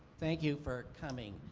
thank you for coming.